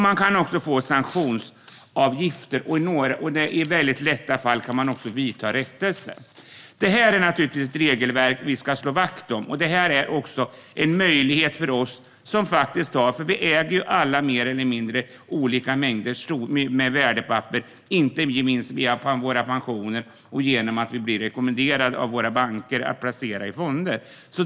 Man kan också få sanktionsavgifter, och i lindriga fall kan man få göra rättelse. Detta är naturligtvis ett regelverk vi ska slå vakt om. Det innebär också en möjlighet - vi äger ju nästan alla olika mängder värdepapper, inte minst via våra pensioner och genom att vi blir rekommenderade av våra banker att placera i fonder.